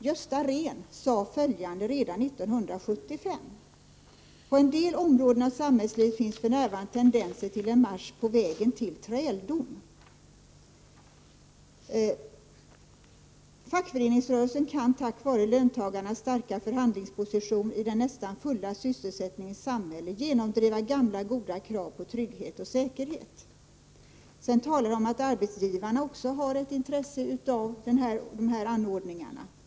Gösta Rehn sade följande redan år 1975: ”På en del områden av samhällslivet finns fn tendenser till en marsch på vägen till träldom” ——-— Fackföreningsrörelsen kan tack vare löntagarnas starka förhandlingsposition iden nästan fulla sysselsättningens samhälle genomdriva gamla goda krav på trygghet och säkerhet.” Sedan skriver Gösta Rehn att även arbetsgivarna har ett intresse av dessa anordningar.